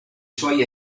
suoi